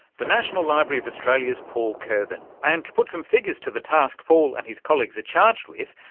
the national library of australia's paul koerbin. and to put some figures to the task paul and his colleagues are charged with,